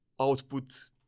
output